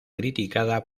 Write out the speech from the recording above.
criticada